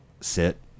sit